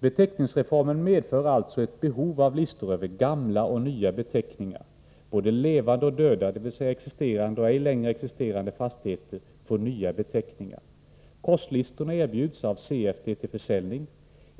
Beteckningsreformen medför alltså ett behov av listor över gamla och nya beteckningar. Både levande och döda, dvs. existerande och ej längre existerande fastigheter får nya beteckningar. Korslistorna erbjuds av CFD till försäljning.